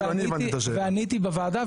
ועניתי בוועדה,